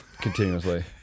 continuously